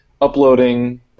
uploading